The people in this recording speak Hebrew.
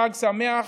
חג שמח,